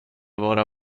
vara